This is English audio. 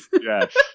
Yes